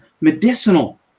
medicinal